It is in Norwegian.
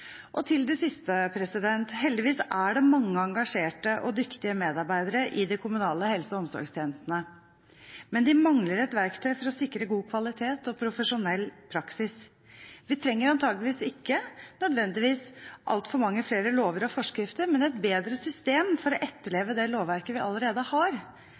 Og til det siste: Heldigvis er det mange engasjerte og dyktige medarbeidere i de kommunale helse- og omsorgstjenestene, men de mangler et verktøy for å sikre god kvalitet og profesjonell praksis. Vi trenger antakeligvis ikke nødvendigvis altfor mange flere lover og forskrifter, men et bedre system for å etterleve det lovverket vi allerede har.